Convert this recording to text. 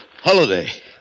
Holiday